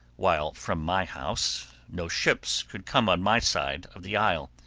while from my house, no ships could come on my side of the isle,